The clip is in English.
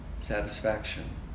satisfaction